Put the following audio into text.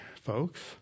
folks